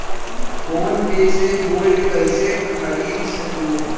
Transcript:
Phone पे से gold कईसे खरीद सकीले?